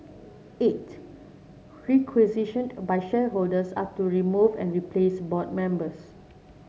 eight requisitioned by shareholders are to remove and replace board members